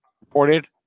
reported